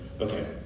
Okay